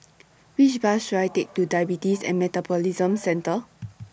Which Bus should I Take to Diabetes and Metabolism Centre